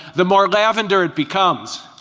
the more lavender it becomes,